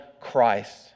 Christ